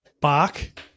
Bark